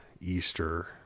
easter